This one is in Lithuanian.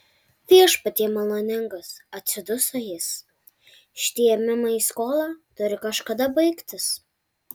viešpatie maloningas atsiduso jis šitie ėmimai į skolą turi kažkada baigtis